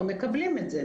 הם מקבלים את זה.